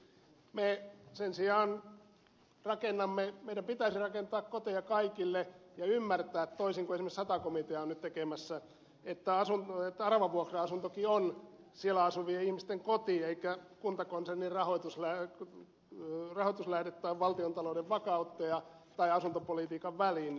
meidän sen sijaan pitäisi rakentaa koteja kaikille ja ymmärtää toisin kuin esimerkiksi sata komitea on nyt tekemässä että aravavuokra asuntokin on siellä asuvien ihmisten koti eikä kuntakonsernin rahoituslähde tai valtiontalouden vakauttaja tai asuntopolitiikan väline